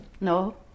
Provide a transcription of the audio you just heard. No